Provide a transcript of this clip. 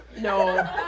No